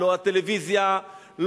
לא הטלוויזיה,